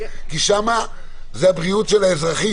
כי שם זאת הבריאות של האזרחים,